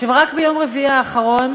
רק ביום רביעי האחרון